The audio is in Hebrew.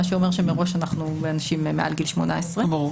מה שאומר שמראש שזה לאנשים מעל גיל 18. ברור,